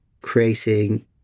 creating